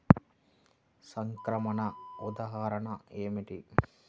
సంక్రమణ ఉదాహరణ ఏమిటి?